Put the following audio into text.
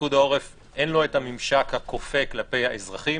שלפיקוד העורף, אין לו הממשק הכופה כלפי האזרחים,